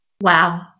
Wow